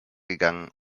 gegangen